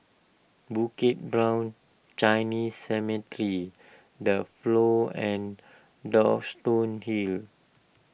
Bukit Brown Chinese Cemetery the Flow and Duxton Hill